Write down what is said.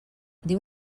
diu